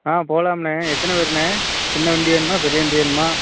ஆ போலாம்ணே எத்தனை பேருண்ணே சின்ன வண்டி வேணுமா பெரிய வண்டி வேணுமா